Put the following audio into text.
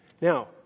Now